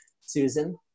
Susan